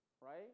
right